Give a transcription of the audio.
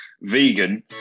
vegan